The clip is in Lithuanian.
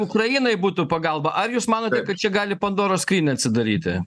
ukrainai būtų pagalba ar jūs manote kad čia gali pandoros skrynia atsidaryti